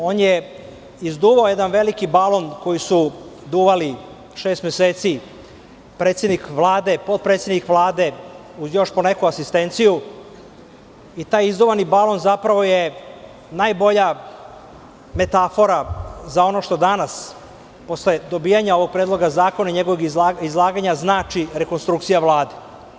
On je izduvao jedan veliki balon koji su duvali šest meseci predsednik Vlade, potpredsednik Vlade, uz još po neku asistenciju i taj izduvani balon zapravo je najbolja metafora za ono što danas, posle dobijanja ovog predloga zakona i njegovog izlaganja, znači rekonstrukcija Vlade.